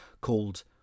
called